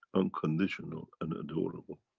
unconditional and adorable.